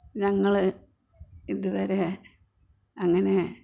ഞങ്ങൾ ഇതുവരെ അങ്ങനെ